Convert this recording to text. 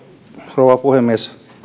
rouva puhemies